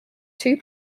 two